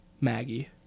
Maggie